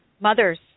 mothers